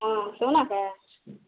हाँ सोना है